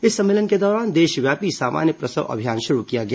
इस सम्मलेन के दौरान देशव्यापी सामान्य प्रसव अभियान शुरू किया गया